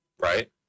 Right